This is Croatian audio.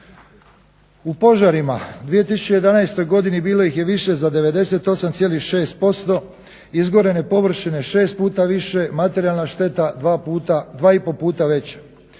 U požarima 2011. godine bilo ih je više za 98,6%, izgorene površine 6 puta više, materijalna šteta 2,5 puta veća.